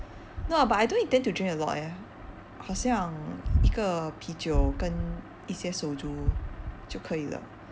no ah but I don't intend to drink a lot eh 好像一个啤酒跟一些 soju 就可以了